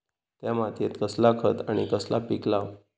त्या मात्येत कसला खत आणि कसला पीक लाव?